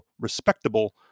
respectable